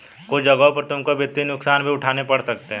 कुछ जगहों पर तुमको वित्तीय नुकसान भी उठाने पड़ सकते हैं